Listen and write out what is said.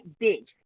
bitch